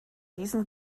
diesem